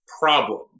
problem